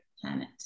planet